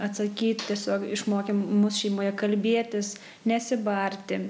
atsakyt tiesiog išmokė mus šeimoje kalbėtis nesibarti